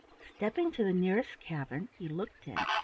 stepping to the nearest cavern he looked in,